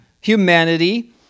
humanity